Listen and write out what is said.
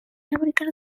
american